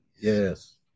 Yes